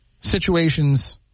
situations